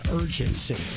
urgency